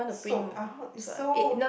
sold out is sold